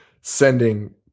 sending